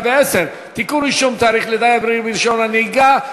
110) (תיקון) (רישום תאריך לידה עברי ברישיון נהיגה,